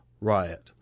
riot